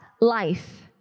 life